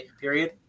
period